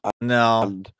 no